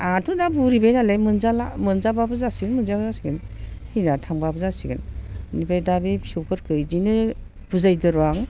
आंहाथ' दा बुरैबाय नालाय मोनजाला मोनजाबाबो जासिगोन मोनजायाबाबो जासिगोन थैनानै थांबाबो जासिगोन बेनिफ्राय दा बे फिसौफोरखौ बिदिनो बुजायदोर' आं